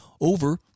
over